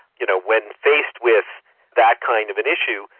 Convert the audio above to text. you know when faced with that kind of an issue,